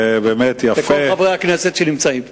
וכן לכל חברי הכנסת שנמצאים פה.